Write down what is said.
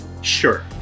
Sure